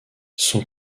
son